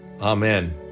Amen